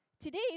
Today